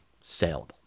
saleable